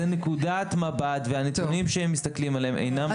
זו נקודת מבט והנתונים שהם מסתכלים עליהם אינם ---.